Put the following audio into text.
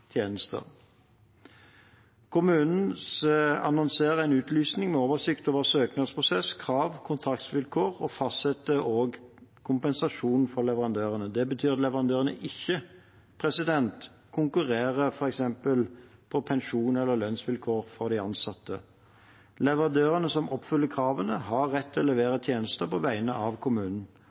tjenester. Kommunen annonserer en utlysning med oversikt over søknadsprosess, krav og kontraktsvilkår og fastsetter også kompensasjon for leverandørene. Det betyr at leverandørene ikke konkurrerer på f.eks. pensjon eller lønnsvilkår for de ansatte. Leverandørene som oppfyller kravene, har rett til å levere tjenester på vegne av kommunen.